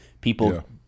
People